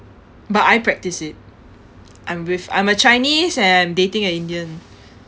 but I practise it I'm with I am a chinese and I'm dating an indian